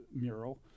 mural